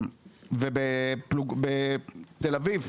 ובתל אביב,